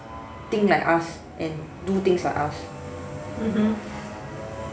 think like us and do things like us